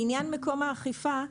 לעניין מקום האכיפה,